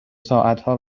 ساعتها